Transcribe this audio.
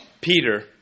Peter